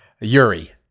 Yuri